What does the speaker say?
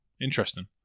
interesting